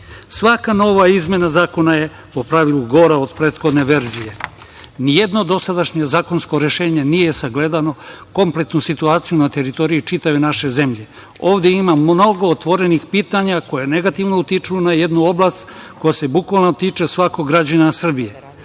Svaka nova izmena zakona je po pravilu gora od prethodne verzije. Nijedno dosadašnje zakonsko rešenje nije sagledalo kompletnu situaciju na teritoriji čitave naše zemlje. Ovde ima mnogo otvorenih pitanja koje negativno utiču na jednu oblast koja se bukvalno tiče svakog građanina Srbije. Kao